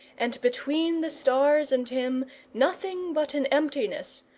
and between the stars and him nothing but an emptiness,